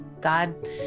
God